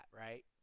right